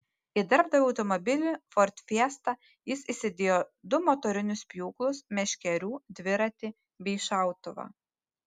į darbdavio automobilį ford fiesta jis įsidėjo du motorinius pjūklus meškerių dviratį bei šautuvą